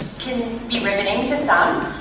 can be riveting to some.